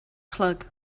chlog